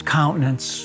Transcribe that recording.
countenance